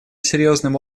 серьезным